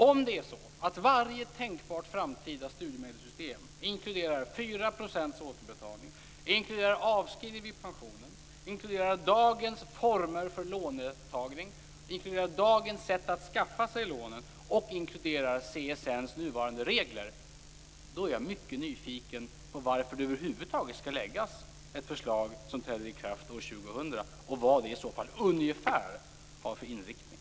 Om varje tänkbart framtida studiemedelssystem inkluderar 4 % återbetalning, avskrivning vid pensionen, dagens former för låntagning, dagens sätt att skaffa sig lånet och CSN:s nuvarande regler är jag mycket nyfiken på varför det över huvud taget skall läggas fram ett förslag som träder i kraft år 2000, och vad det i så fall ungefär har för inriktning.